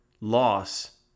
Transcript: loss